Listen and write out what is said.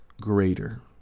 greater